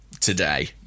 today